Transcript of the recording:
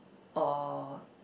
or